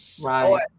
right